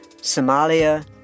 Somalia